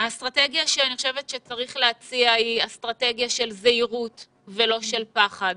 האסטרטגיה שאני חושבת שצריך להציע היא אסטרטגיה של זהירות ולא של פחד.